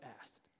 asked